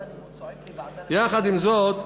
עם זאת,